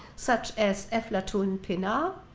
such as eflatun pinar,